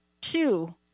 two